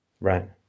Right